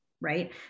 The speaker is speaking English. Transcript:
right